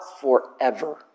forever